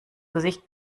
gesicht